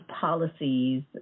policies